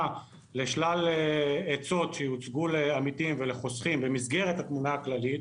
לשלל עצות שיוצגו לעמיתים ולחוסכים במסגרת התמונה הכללית,